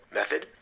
method